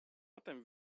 potem